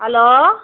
hello